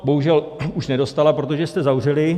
Bohužel už nedostala, protože jste zavřeli.